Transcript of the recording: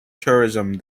tourism